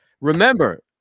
remember